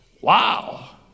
Wow